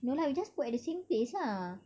no lah we just put at the same place lah